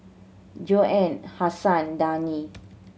Joanne Hasan Dani